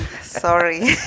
sorry